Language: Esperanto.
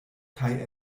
kaj